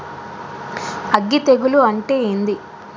అగ్గి తెగులు అంటే ఏంది?